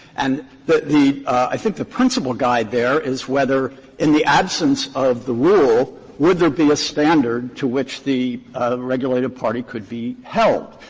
and but the i think the principal guide there is whether in the absence of the rule, would there be a standard to which the regulative party could be held,